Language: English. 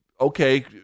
okay